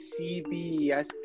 CBS